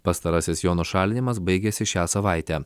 pastarasis jo nušalinimas baigiasi šią savaitę